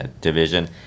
division